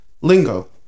lingo